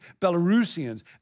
Belarusians